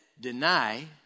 deny